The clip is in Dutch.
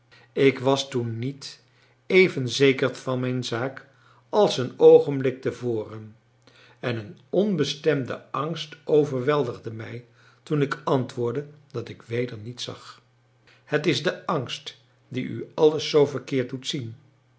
ik was toen niet even zeker van mijn zaak als een oogenblik te voren en een onbestemde angst overweldigde mij toen ik antwoordde dat ik weder niets zag het is de angst die u alles zoo verkeerd doet zien